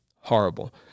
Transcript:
horrible